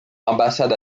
ambassade